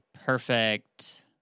perfect